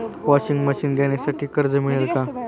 Washing machine घेण्यासाठी कर्ज मिळेल का?